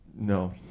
no